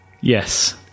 Yes